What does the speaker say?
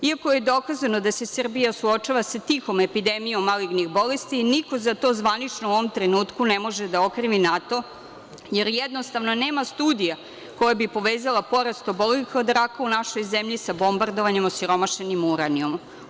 Iako je dokazano da se Srbija suočava sa tihom epidemijom malignih bolesti, niko za to zvanično u ovom trenutku ne može da okrivi NATO, jer jednostavno nema studija koje bi povezala porast obolelih od raka u našoj zemlji, sa bombardovanjem osiromašenim uranijumom.